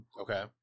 Okay